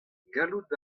gallout